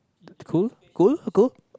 cool cool cool